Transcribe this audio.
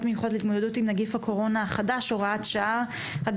מיוחדות להתמודדות עם נגיף הקורונה החדש (הוראת שעה)(הגבלת